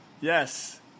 Yes